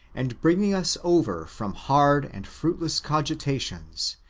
and bringing us over from hard and fruitless cogitations,